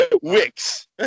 Wix